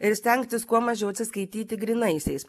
ir stengtis kuo mažiau atsiskaityti grynaisiais